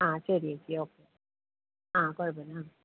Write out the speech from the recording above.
ആ ശരി ചേച്ചി ഓക്കെ ആ കുഴപ്പമില്ല ആ